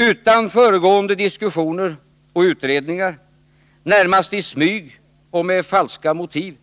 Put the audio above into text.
Utan föregående diskussioner och utredningar, närmast i smyg och med falska motiv,